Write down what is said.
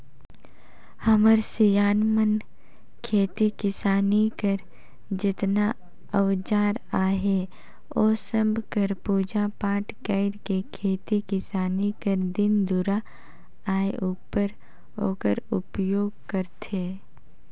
हमर सियान मन खेती किसानी कर जेतना अउजार अहे ओ सब कर पूजा पाठ कइर के खेती किसानी कर दिन दुरा आए उपर ओकर उपियोग करथे